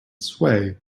sway